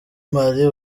mali